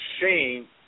shame